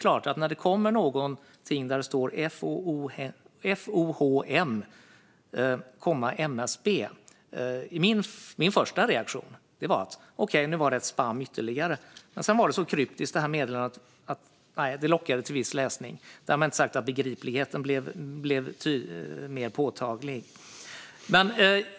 När det kom någonting där det stod "Fohm, MSB" var min första reaktion att det var ytterligare ett spam. Men detta meddelande var så kryptiskt att det lockade till viss läsning. Därmed inte sagt att begripligheten blev mer påtaglig.